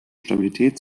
stabilität